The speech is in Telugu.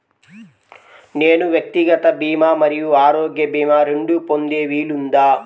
నేను వ్యక్తిగత భీమా మరియు ఆరోగ్య భీమా రెండు పొందే వీలుందా?